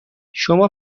شما